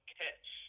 catch